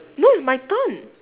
no it's my turn